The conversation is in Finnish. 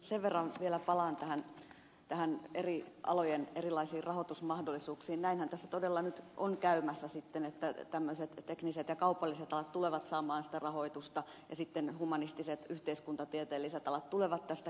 sen verran vielä palaan tähän eri alojen erilaisiin rahoitusmahdollisuuksiin että näinhän tässä todella nyt on käymässä sitten että tämmöiset tekniset ja kaupalliset alat tulevat saamaan sitä rahoitusta ja sitten humanistiset yhteiskuntatieteelliset alat tulevat tästä kärsimään